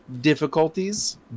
difficulties